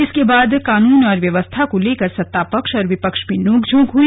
इसके बाद कानून और व्यवस्था को लेकर सत्ता पक्ष और विपक्ष में नोकझोंक हई